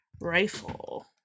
Rifle